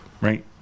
right